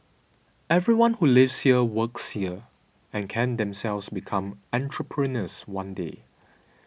everyone who lives here works here and can themselves become entrepreneurs one day